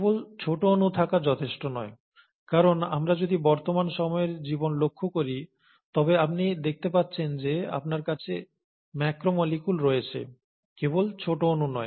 কেবল ছোট অণু থাকা যথেষ্ট নয় কারণ আমরা যদি বর্তমান সময়ের জীবন লক্ষ্য করি তবে আপনি দেখতে পাচ্ছেন যে আপনার কাছে ম্যাক্রোমোলিকুল রয়েছে কেবল ছোট অণুও নয়